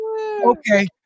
Okay